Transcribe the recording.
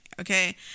okay